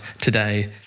today